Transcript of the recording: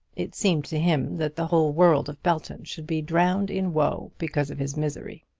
it seemed to him that the whole world of belton should be drowned in woe because of his misery.